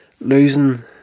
Losing